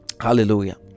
hallelujah